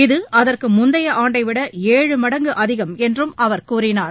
இது அதற்குமுந்தையஆண்டைவிட ஏழு மடங்குஅதிகம் என்றும் அவர் கூறினார்